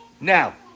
Now